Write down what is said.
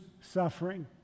suffering